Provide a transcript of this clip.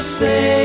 say